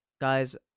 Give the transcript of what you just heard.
guys